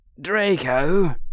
Draco